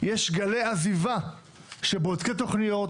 יש גלי עזיבה של בודקי תוכניות,